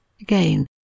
Again